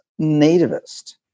nativist